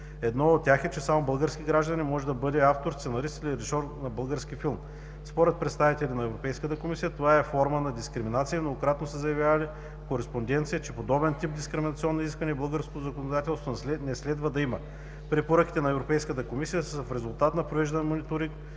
Едно от тях е, че само български гражданин може да бъде автор, сценарист или режисьор на български филм. Според представители на Европейската комисия това е форма на дискриминация и многократно са заявявали в кореспонденция, че подобен тип дискриминационни изисквания в българското законодателство не следва да има. Препоръките на Европейската комисия са в резултат на провеждан мониторинг